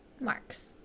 marks